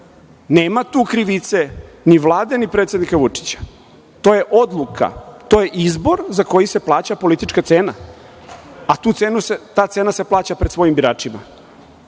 tu krivice ni Vlade, ni predsednika Vučića. To je odluka, to je izbor za koji se plaća politička cena, a ta cena se plaća pred svojim biračima.